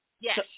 Yes